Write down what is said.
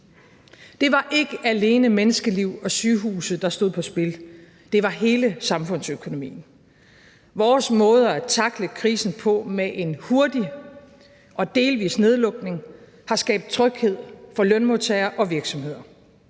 Det var ikke alene menneskeliv og sygehuse, der stod på spil, det var hele samfundsøkonomien. Vores måder at tackle krisen på med en hurtig og delvis nedlukning har skabt tryghed for lønmodtagere og virksomheder,